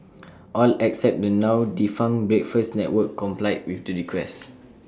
all except the now defunct breakfast network complied with the request